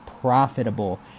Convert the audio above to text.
profitable